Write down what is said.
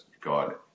god